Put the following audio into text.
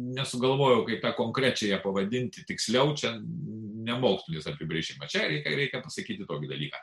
nesugalvojau kaip tą konkrečiąją pavadinti tiksliau čia ne mokslinis apibrėžimas čia reikia reikia pasakyti tokį dalyką